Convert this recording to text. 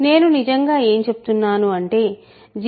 నేను నిజంగా ఏమి చెప్తున్నాను అంటే g0h0 anXnan 1 Xn 1